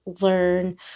learn